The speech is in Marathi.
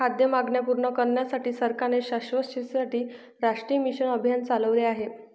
खाद्य मागण्या पूर्ण करण्यासाठी सरकारने शाश्वत शेतीसाठी राष्ट्रीय मिशन अभियान चालविले आहे